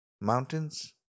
mountains